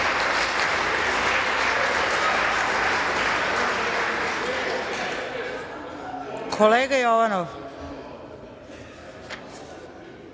Kolega Jovanov,